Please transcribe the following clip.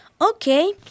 Okay